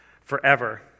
forever